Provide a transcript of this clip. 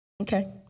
Okay